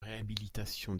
réhabilitation